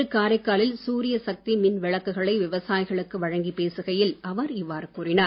இன்று காரைக்காலில் சூரிய சக்தி மின் விளக்குகளை விவசாயிகளுக்கு வழங்கிப் பேசுகையில் அவர் இவ்வாறு கூறினார்